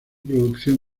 producción